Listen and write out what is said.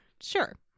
Sure